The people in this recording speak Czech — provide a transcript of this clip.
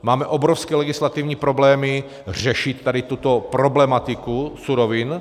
Máme obrovské legislativní problémy řešit tuto problematiku surovin.